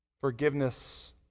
Forgiveness